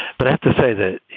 but i have to say that, you